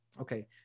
Okay